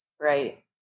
right